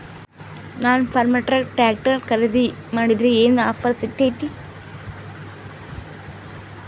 ನಾನು Farmtrac tractor ಖರೇದಿ ಮಾಡಿದ್ರೆ ಏನು ಆಫರ್ ಸಿಗ್ತೈತಿ?